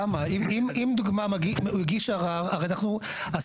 הרי אם הוא מגיש ערר,